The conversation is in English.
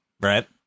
Right